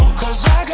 cause i